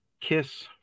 Kiss